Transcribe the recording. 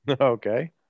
Okay